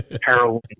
heroin